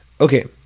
Okay